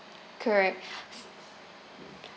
correct